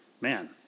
man